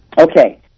Okay